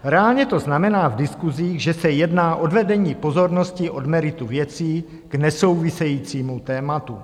Reálně to znamená v diskusích, že se jedná o odvedení pozornosti od merita věcí k nesouvisejícímu tématu.